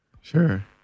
Sure